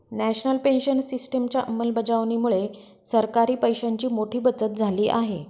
national pension सिस्टिमच्या अंमलबजावणीमुळे सरकारी पैशांची मोठी बचत झाली आहे